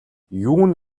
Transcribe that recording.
юун